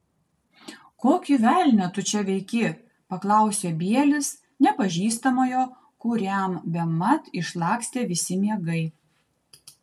kokį velnią tu čia veiki paklausė bielis nepažįstamojo kuriam bemat išlakstė visi miegai